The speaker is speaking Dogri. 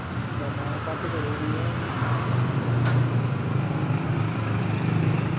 ना ना घट्ट करो भैया